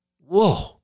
Whoa